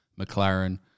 McLaren